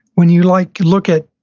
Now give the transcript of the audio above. when you like look at